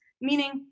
meaning